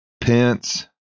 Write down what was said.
Pence